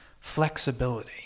flexibility